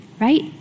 Right